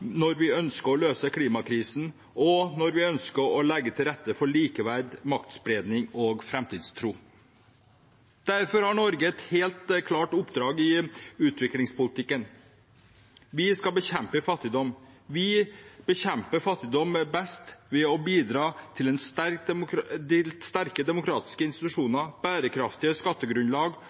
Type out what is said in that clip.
når vi ønsker å løse klimakrisen, og når vi ønsker å legge til rette for likeverd, maktspredning og framtidstro. Derfor har Norge et helt klart oppdrag i utviklingspolitikken. Vi skal bekjempe fattigdom. Vi bekjemper fattigdom best ved å bidra til sterke demokratiske institusjoner, bærekraftige skattegrunnlag